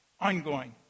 Ongoing